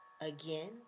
again